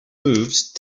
moved